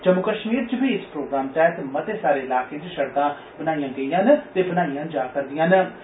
जम्मू कष्मीर च बी इस प्रोग्राम तैह्त मते सारे इलाकें च सड़कां बनाइयां गेइयां ते बनाइयां जा रदियां बी ऐन